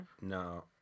no